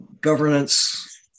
governance